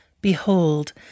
behold